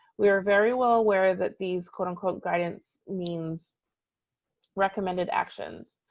we are very well aware that these quote unquote guidance means recommended actions.